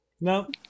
No